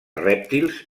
rèptils